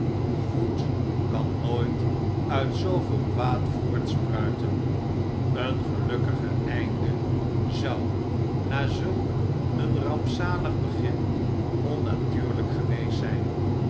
goed kan nooit uit zooveel kwaad voortspruiten een gelukkiger einde zou na zulk een rampzalig begin onnatuurhjk geweest zijn